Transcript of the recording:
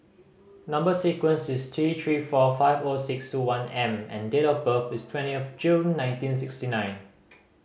number sequence is T Three four five O six two one M and date of birth is twentieth June nineteen sixty nine